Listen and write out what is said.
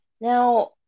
Now